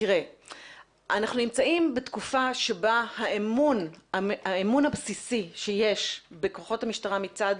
אנחנו נמצאים בתקופה שבה האמון הבסיסי שיש בכוחות המשטרה מצד